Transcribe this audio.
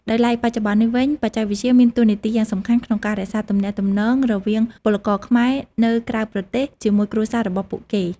ដោយឡែក បច្ចុប្បន្ននេះវិញ បច្ចេកវិទ្យាមានតួនាទីយ៉ាងសំខាន់ក្នុងការរក្សាទំនាក់ទំនងរវាងពលករខ្មែរនៅក្រៅប្រទេស ជាមួយគ្រួសាររបស់ពួកគេ។